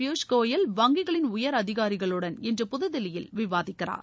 பியூஷ் கோயல் வங்கிகளின் உயர் அதிகாரிகளுடன் இன்று புதுதில்லியில் விவாதிக்கிறார்